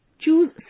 choose